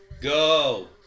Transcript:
Go